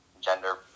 gender